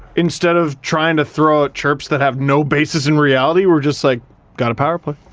instead of trying to throw out chirps that have no basis in reality, were just like got a power-play